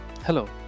Hello